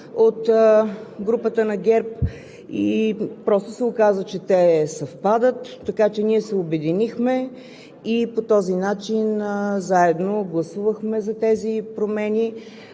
от групата на ГЕРБ. Оказа, че те съвпадат и ние се обединихме. По този начин заедно гласувахме за тези промени,